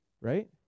right